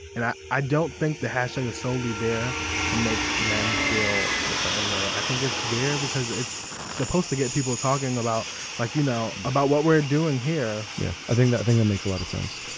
and i i don't think the hashtag is solely there to make men feel a certain way. i think it's there because it's supposed to get people talking about like, you know, about what we're and doing here yeah, i think that i think that makes a lot of sense.